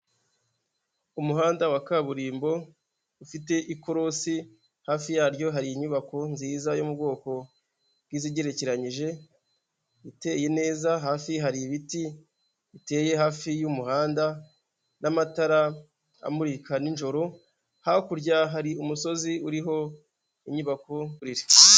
Umuhanda wa kaburimbo ufite ikorosi, hafi yaryo hari inyubako nziza yo mu bwoko bw'izigerekeranyije iteye neza, hafi hari ibiti biteye hafi y'umuhanda n'amatara amurika ninjoro, hakurya hari umusozi uriho inyubako.